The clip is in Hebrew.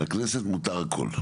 לכנסת מותר הכל.